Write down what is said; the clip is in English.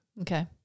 Okay